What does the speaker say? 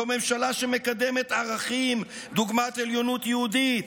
זו ממשלה שמקדמת 'ערכים' דוגמת 'עליונות יהודית',